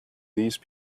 these